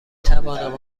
توانم